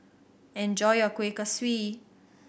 enjoy your Kueh Kaswi